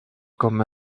comme